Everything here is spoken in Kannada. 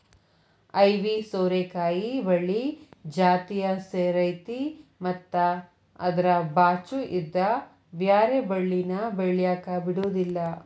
ಐವಿ ಸೋರೆಕಾಯಿ ಬಳ್ಳಿ ಜಾತಿಯ ಸೇರೈತಿ ಮತ್ತ ಅದ್ರ ಬಾಚು ಇದ್ದ ಬ್ಯಾರೆ ಬಳ್ಳಿನ ಬೆಳ್ಯಾಕ ಬಿಡುದಿಲ್ಲಾ